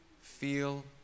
feel